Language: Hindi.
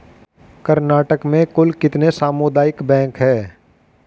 कर्नाटक में कुल कितने सामुदायिक बैंक है